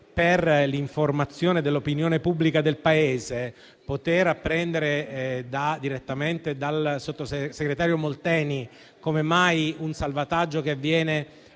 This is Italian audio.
per l'informazione dell'opinione pubblica del Paese, sarebbe utile poter apprendere direttamente dal sottosegretario Molteni come mai un salvataggio che avviene